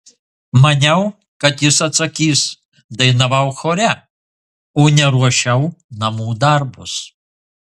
maniau kad jis atsakys dainavau chore o ne ruošiau namų darbus